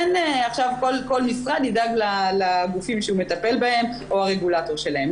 אין עכשיו שכל משרד ידאג לגופים שהוא מטפל בהם או הרגולטור שלהם,